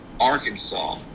Arkansas